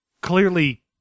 Clearly